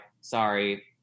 sorry